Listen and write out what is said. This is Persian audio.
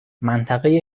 منطقه